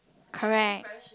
correct